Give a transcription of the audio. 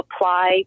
apply